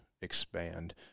expand